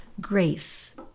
grace